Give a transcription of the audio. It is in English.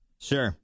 Sure